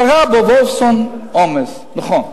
קרה ב"וולפסון" עומס, נכון.